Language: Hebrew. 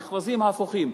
מכרזים הפוכים,